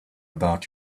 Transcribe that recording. about